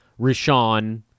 Rashawn